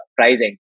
pricing